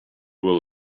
will